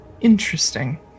Interesting